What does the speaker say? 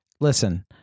listen